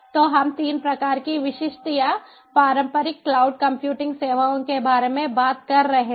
तो हम 3 प्रकार की विशिष्ट या पारंपरिक क्लाउड कंप्यूटिंग सेवाओं के बारे में बात कर रहे हैं